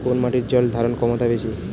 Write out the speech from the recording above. কোন মাটির জল ধারণ ক্ষমতা বেশি?